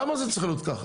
למה זה צריך להיות ככה?